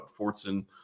Fortson